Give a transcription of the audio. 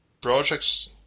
projects